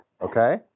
Okay